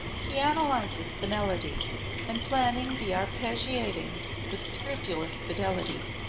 he analyzes the melody and, planning the arpeggiating with scrupulous fidelity,